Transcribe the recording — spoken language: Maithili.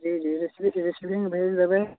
जी जी रिसिविंग रिसिविंग भेज देबय